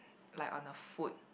like on the foot